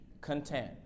content